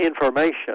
information